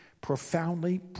profoundly